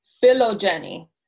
Phylogeny